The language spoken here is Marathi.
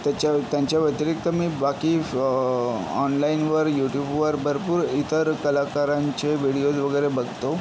त्याच्या व्य त्यांच्याव्यतिरिक्त मी बाकी ऑनलाइनवर यूट्यूबवर भरपूर इतर कलाकारांचे व्हिडिओज वगैरे बघतो